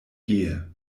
gehe